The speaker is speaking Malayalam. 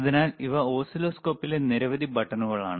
അതിനാൽ ഇവ ഓസിലോസ്കോപ്പിലെ നിരവധി ബട്ടണുകളാണ്